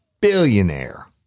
billionaire